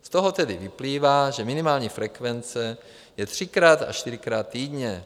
Z toho tedy vyplývá, že minimální frekvence je třikrát až čtyřikrát týdně.